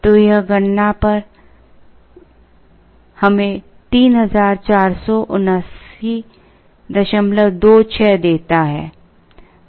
तो यह गणना पर हमें 347926 देता है